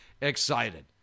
excited